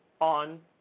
on